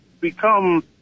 become